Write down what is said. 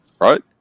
Right